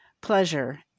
pleasure